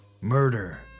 murder